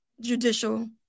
judicial